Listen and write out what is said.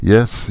Yes